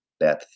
Beth